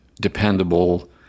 dependable